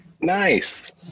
Nice